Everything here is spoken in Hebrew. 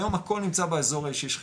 היום הכל נמצא באזור האישי שלכם.